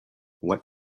what